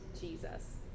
Jesus